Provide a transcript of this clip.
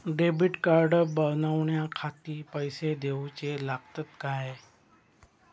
Debit card बनवण्याखाती पैसे दिऊचे लागतात काय?